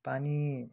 पानी